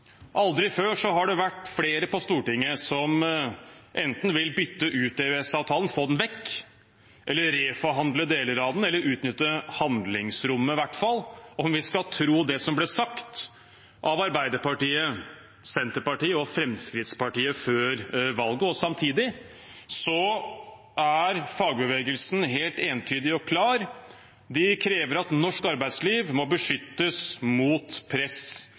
Aldri før har det vært flere på Stortinget som enten vil bytte ut EØS-avtalen, få den vekk, eller reforhandle deler av den, eller i hvert fall utnytte handlingsrommet, om vi skal tro det som ble sagt av Arbeiderpartiet, Senterpartiet og Fremskrittspartiet før valget. Samtidig er fagbevegelsen helt entydig og klar. De krever at norsk arbeidsliv må beskyttes mot press